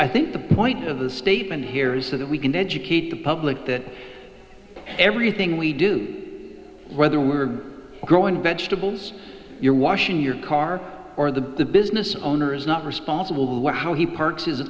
i think the point of the statement here is that we can educate the public that everything we do whether we're growing vegetables you're washing your car or the the business owner is not responsible what how he parks is